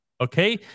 okay